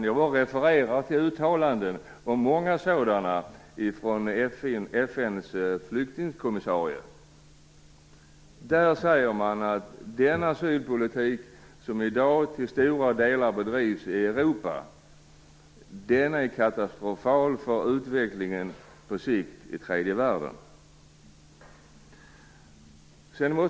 Jag refererar bara till många uttalande av FN:s flyktingkommissarie som säger att den asylpolitik som bedrivs i stora delar av Europa i dag är katastrofal för utvecklingen i tredje världen på sikt.